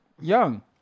young